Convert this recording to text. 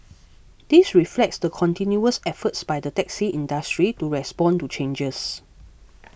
this reflects the continuous efforts by the taxi industry to respond to changes